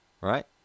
Right